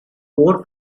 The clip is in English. more